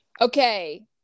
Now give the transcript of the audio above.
okay